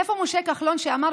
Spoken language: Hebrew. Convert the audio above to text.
איפה משה כחלון שאמר,